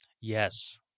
Yes